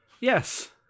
Yes